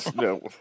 no